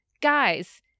guys